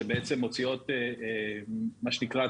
מה שנקרא,